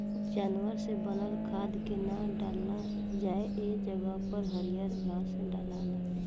जानवर से बनल खाद के ना डालल जाला ए जगह पर हरियर घास डलाला